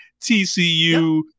TCU